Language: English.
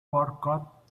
forgot